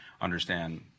understand